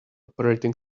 operating